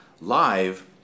live